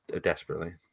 desperately